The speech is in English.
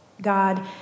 God